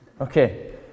Okay